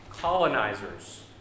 colonizers